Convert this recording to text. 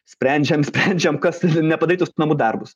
sprendžiam sprendžiam kas nepadarytus namų darbus